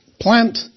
plant